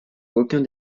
aucun